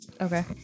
Okay